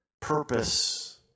purpose